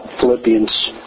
Philippians